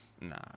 Nah